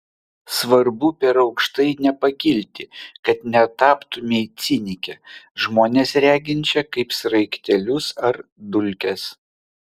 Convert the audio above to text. svarbu per aukštai nepakilti kad netaptumei cinike žmones reginčia kaip sraigtelius ar dulkes